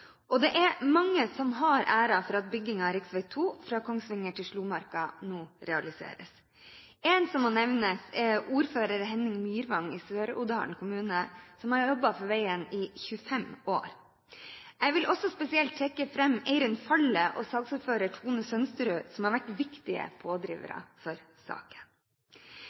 Det er mange som har æren for at byggingen av rv. 2 fra Kongsvinger til Slomarka nå realiseres. Én som må nevnes, er ordfører Henning Myrvang i Sør-Odal kommune, som har jobbet for veien i 25 år. Jeg vil også spesielt trekke fram Eirin Faldet og saksordfører Tone Merete Sønsterud som har vært viktige pådrivere for saken.